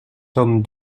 tome